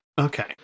Okay